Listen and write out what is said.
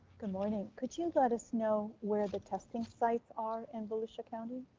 good morning. could you let us know where the testing sites are in volusia county?